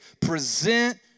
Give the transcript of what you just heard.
present